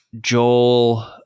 Joel